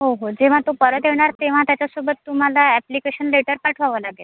हो हो जेव्हा तो परत येणार तेव्हा त्याच्यासोबत तुम्हाला अॅप्लिकेशन लेटर पाठवावं लागेल